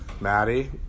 Maddie